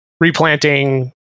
replanting